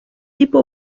tipo